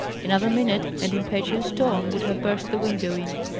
another minute, and impetuous tom would have burst the window in.